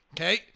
Okay